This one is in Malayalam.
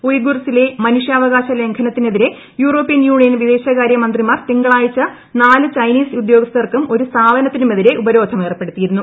ഉയ്ഗുർസിലെ മനുഷ്യാവകാശ ലംഘനത്തിനെതിരെ യൂറോപ്യൻ യൂണിയൻ വിദേശകാരൃ മന്ത്രിമാർ തിങ്കളാഴ്ച നാല് ചൈനീസ് ഉദ്യോഗസ്ഥർക്കും ഒരു സ്ഥാപനത്തിനുമെതിരെ ഉപരോധം ഏർപ്പെടുത്തിയിരുന്നു